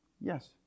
Yes